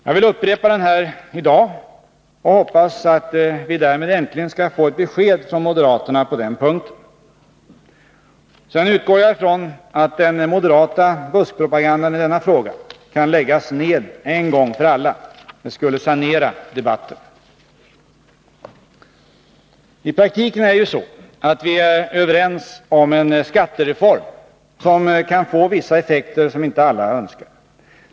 Jag vill upprepa den här i dag och hoppas att vi därmed äntligen skall få ett besked från moderaterna på den punkten. Och sedan utgår jag ifrån att den moderata buskpropagandan i denna fråga kan läggas ned en gång för alla. Det skulle sanera debatten. I praktiken är det ju så att vi är överens om en skattereform som kan få vissa effekter som inte alla önskar.